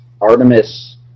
Artemis